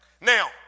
Now